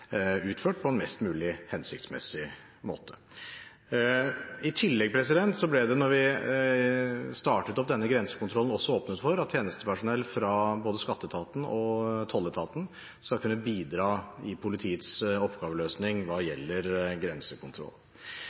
utført på en mest mulig hensiktsmessig måte. I tillegg ble det da vi startet opp denne grensekontrollen, også åpnet for at tjenestepersonell fra både skatteetaten og tolletaten skal kunne bidra i politiets oppgaveløsning hva gjelder grensekontroll.